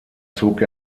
zog